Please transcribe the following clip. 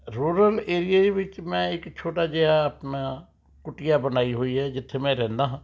rural ਏਰੀਏ ਦੇ ਵਿੱਚ ਮੈਂ ਇੱਕ ਛੋਟਾ ਜਿਹਾ ਆਪਣਾ ਕੁਟੀਆ ਬਣਾਈ ਹੋਈ ਹੈ ਜਿੱਥੇ ਮੈਂ ਰਹਿੰਦਾ ਹਾਂ